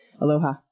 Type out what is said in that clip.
Aloha